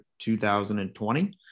2020